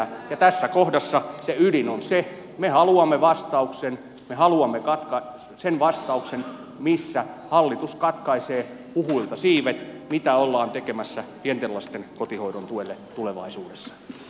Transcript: ja tässä kohdassa ydin on se että me haluamme vastauksen me haluamme sen vastauksen missä hallitus katkaisee huhuilta siivet mitä ollaan tekemässä pienten lasten kotihoidon tuelle tulevaisuudessa